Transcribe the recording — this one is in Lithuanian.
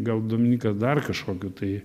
gal dominykas dar kažkokiu tai